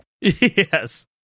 Yes